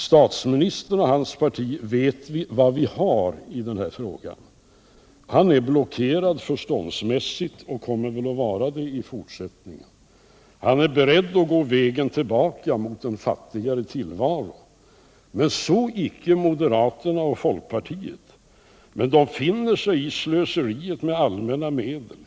Statsministern och hans parti vet vi var vi har i denna fråga. Statsministern är blockerad förståndsmässigt och kommer väl att vara det även i fortsättningen. Han är beredd att gå vägen tillbaka mot en fattigare tillvaro. Så icke moderaterna och folkpartiet, men de finner sig i slöseriet med allmänna medel.